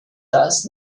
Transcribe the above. does